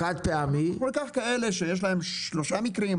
אנחנו ניקח את אלה שיש להם שלושה מקרים,